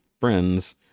friends